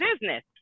business